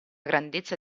grandezza